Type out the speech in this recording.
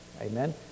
amen